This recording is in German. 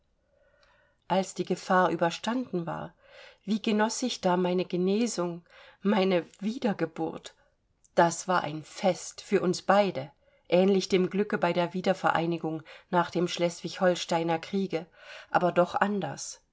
als die gefahr überstanden war wie genoß ich da meine genesung meine wiedergeburt das war ein fest für uns beide ähnlich dem glücke bei der wiedervereinigung nach dem schleswig holsteiner kriege aber doch anders